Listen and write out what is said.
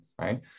right